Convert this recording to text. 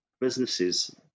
businesses